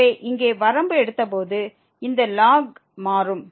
எனவே இங்கே வரம்பு எடுத்து போது இந்த ln மாறும்